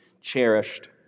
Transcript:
cherished